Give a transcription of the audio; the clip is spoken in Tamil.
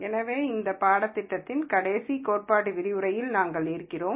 எனவே இந்த பாடத்தின் கடைசி கோட்பாடு விரிவுரையில் நாங்கள் இருக்கிறோம்